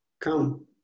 come